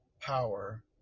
power